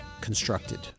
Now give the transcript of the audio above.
constructed